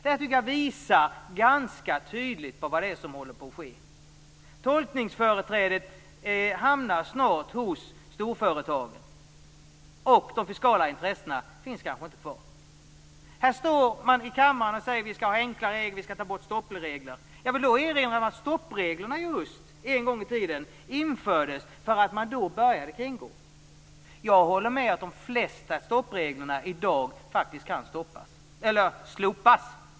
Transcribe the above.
Detta tycker jag visar ganska tydligt vad det är som håller på att ske. Tolkningsföreträdet hamnar snart hos storföretagen, och de fiskala intressena finns inte kvar. Här står man i kammaren och säger att det skall vara enkla regler och att stoppregler skall tas bort. Men stoppreglerna infördes en gång i tiden just på grund av kringgåendet. Jag håller med om att de flesta stoppreglerna i dag faktiskt kan slopas.